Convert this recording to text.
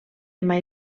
mai